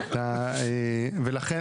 ולכן,